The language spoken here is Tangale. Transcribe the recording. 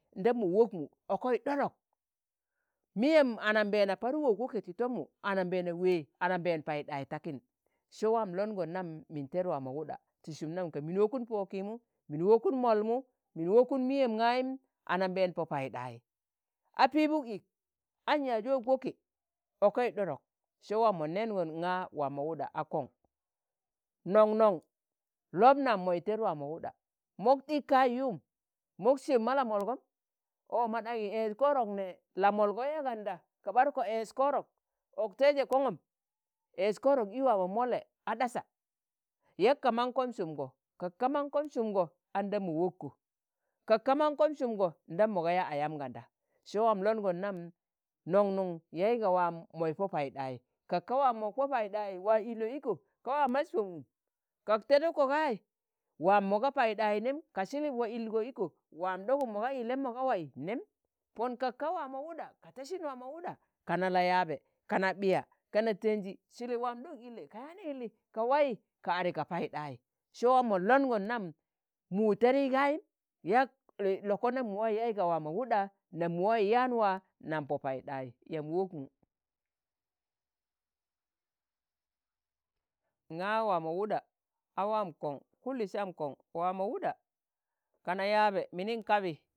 ndam mo wok mu okoi ɗo dok. Miyem anambeena Par wok- woke ti tommu, anambeena wẹi, anambeena Paiɗai takin, se wa̱am longon nam min ted wa̱amo wuɗa, ti Sum nam ka min wokun Po wokimu, min wokun molmu, min Wokun miyem gayim anambeena Po Paiɗai, a Pibuk ik an yaaz wok- woke okoi ɗodok se waa mon nengon nga wạa mo wuɗa a kon. Non- non lob nam moi ted wạa mo wuɗa, mok ɗik kại yu̱um, mok sẹb ma la molgom, ọ mo ɗanye ẹzz korok nẹe, la molgo yạan ganda, ka ɓaduko ẹzz korok ọk taije kongum ezz korok ị waamo molle a ɗasa. yak ka mankom sumgo, kak ka mankom sumgo, a̱ndam mo wokko kak ka mankom sumgo ndam mo ga yạak ayam ganda, se wạam longon nam non- non yaiga waam moyi Po Paiɗayi kak ka waa mok Po Paiɗai, wa ille iko ka wa mas Po mum, kak teduk ko gai waa mo ga Paidai nem, ka Silip waa ilgo, iko wạam ɗogum mo ga illem mo ga wayi nem, Pon kak ka waamo wuɗa ka tẹsin, waamo wuɗa kana la yạabe, kana ɓiya, kana tenji Silip waam ɗok ille ka yaan yilli ka wai ka adi ka Paiɗai se waam mon longon nam mụu tẹdi gayim, yak loko nam mu wai yai ga waamo wuɗa, nam mu wai yạan wạa nam Po Paiɗai yam wokmu. Nga wạamo wuɗa a waam kong, kuli sam kong waa mo wuɗa kana yạabe minin kabi.